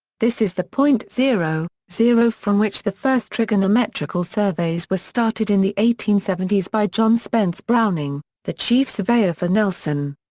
this is the point zero, zero from which the first trigonometrical surveys were started in the eighteen seventy s by john spence browning, the chief surveyor for nelson.